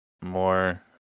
more